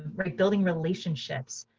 right? building relationships.